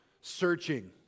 searching